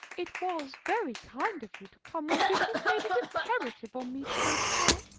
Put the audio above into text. it was very kind of you to come when business made it imperative on me to go to town,